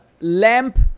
lamp